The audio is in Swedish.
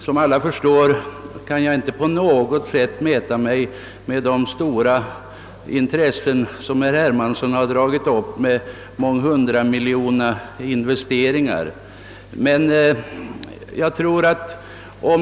Som alla förstår kan jag inte på något sätt mäta mig med de stora intressen med månghundramiljoners investeringar som herr Hermansson har dragit fram.